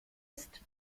ist